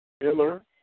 Miller